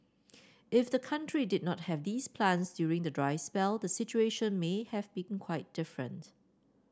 if the country did not have these plants during the dry spell the situation may have been quite different